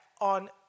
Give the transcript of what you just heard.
on